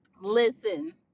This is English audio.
listen